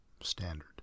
standard